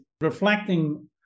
reflecting